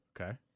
Okay